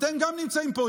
אתם גם נמצאים פה,